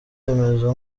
remezo